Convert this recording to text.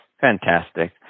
Fantastic